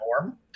norm